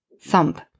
Thump